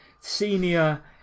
senior